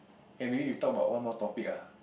okay maybe we talk about one more topic ah